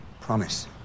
promise